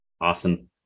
Awesome